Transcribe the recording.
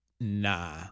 Nah